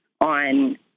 on